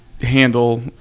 handle